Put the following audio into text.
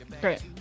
Great